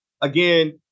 again